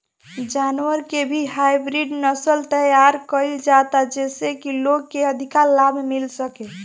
जानवर के भी हाईब्रिड नसल तैयार कईल जाता जेइसे की लोग के अधिका लाभ मिल सके